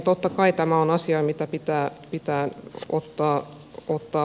totta kai tämä on asia mikä pitää ottaa vakavasti